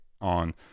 on